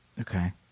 Okay